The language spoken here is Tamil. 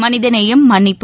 மனிதநேயம் மன்னிப்பு